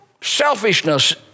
selfishness